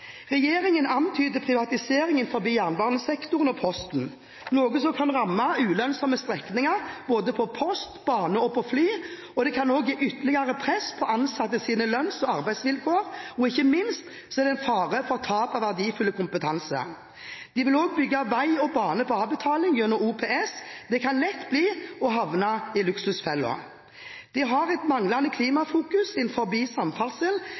Regjeringen antyder privatisering innenfor jernbanesektoren og Posten, noe som kan ramme ulønnsomme strekninger for både post, bane og fly. Det kan også gi ytterligere press på ansattes lønns- og arbeidsvilkår, og ikke minst er det fare for tap av verdifull kompetanse. De vil også bygge vei og bane på avbetaling gjennom OPS. Det kan lett bli å havne i luksusfellen. De har et manglende klimafokus innenfor samferdsel.